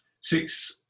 six